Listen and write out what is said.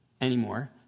anymore